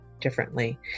differently